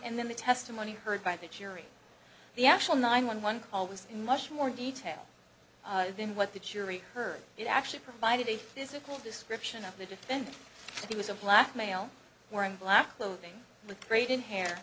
and then the testimony heard by that yury the actual nine one one call with much more detail than what the jury heard you actually provided a physical description of the defendant he was a black male wearing black clothing with braden hair